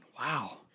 Wow